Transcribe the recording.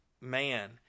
man